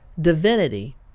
divinity